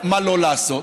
מה לא לעשות.